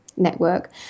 network